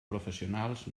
professionals